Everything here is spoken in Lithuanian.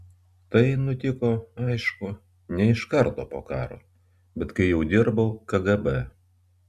tai nutiko aišku ne iš karto po karo bet kai jau dirbau kgb